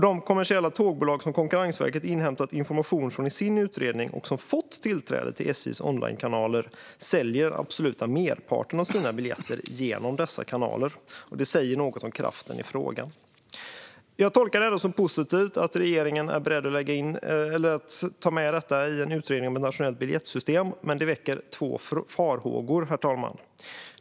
De kommersiella tågbolag som Konkurrensverket har inhämtat information från i sin utredning, och som fått tillträde till SJ:s onlinekanaler, säljer den absoluta merparten av sina biljetter genom dessa kanaler. Det säger något om kraften i frågan. Jag tolkar det ändå som positivt att regeringen är beredd att ta med denna fråga i en utredning om ett nationellt biljettsystem, men det väcker två farhågor, herr talman.